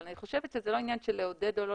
אבל אני חושבת שזה לא עניין של לעודד או לא